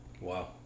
wow